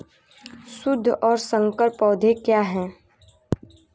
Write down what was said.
शुद्ध और संकर पौधे क्या हैं?